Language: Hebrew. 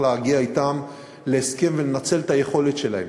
להגיע אתם להסכם ולנצל את היכולת שלהם.